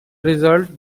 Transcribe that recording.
result